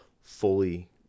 fully